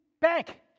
back